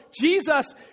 Jesus